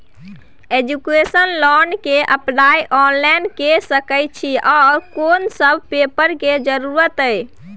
Education loan के apply online के सके छिए आ कोन सब पेपर के जरूरत इ?